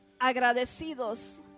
agradecidos